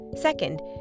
Second